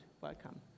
Welcome